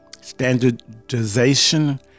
standardization